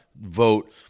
vote